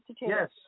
Yes